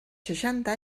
seixanta